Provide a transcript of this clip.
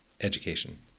education